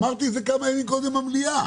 אמרתי את זה כמה ימים קודם במליאה,